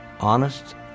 honest